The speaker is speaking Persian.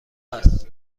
است